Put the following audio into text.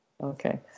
Okay